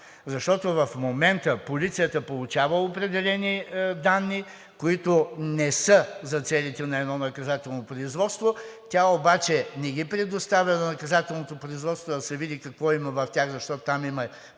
защото в момента полицията получава определени данни, които не са за целите на едно наказателно производство. Тя обаче не ги предоставя на наказателното производство, за да се види какво има в тях, защото там има